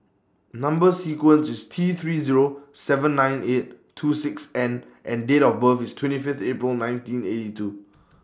Number sequence IS T three Zero seven nine eight two six N and Date of birth IS twenty Fifth April nineteen eighty two